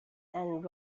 and